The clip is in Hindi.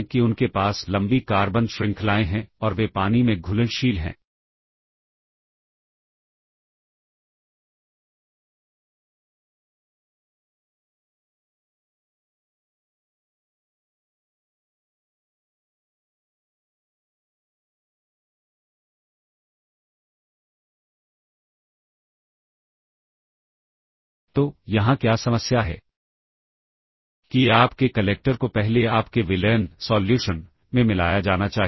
तो यहां एक कॉल निर्देश है जो वास्तव में इस सबरूटीन को कॉल करता है और यहीं कहीं मुझे रिटर्न मिला है